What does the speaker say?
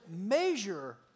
measure